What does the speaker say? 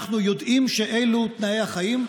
אנחנו יודעים שאלו תנאי החיים.